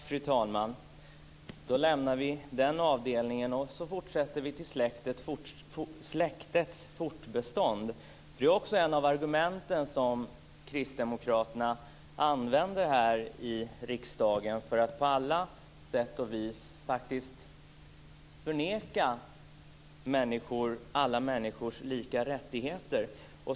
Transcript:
Fru talman! Tack, då lämnar vi den avdelningen och fortsätter till släktets fortbestånd, för det är ju också ett av de argument som Kristdemokraterna använder här i riksdagen för att på alla sätt och vis faktiskt förneka alla människors lika rättigheter.